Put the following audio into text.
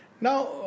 now